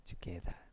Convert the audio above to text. together